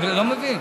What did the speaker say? אבל אני לא מבין.